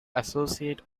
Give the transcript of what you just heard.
associate